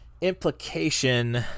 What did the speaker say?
implication